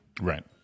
Right